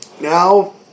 now